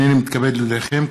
הינני מתכבד להודיעכם,